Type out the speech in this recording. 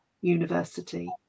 university